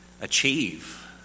achieve